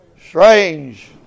Strange